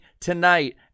tonight